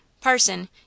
Parson